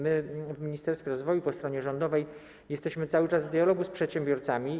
My w ministerstwie rozwoju, po stronie rządowej, jesteśmy cały czas w dialogu z przedsiębiorcami.